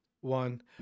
one